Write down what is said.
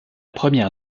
première